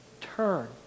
Turn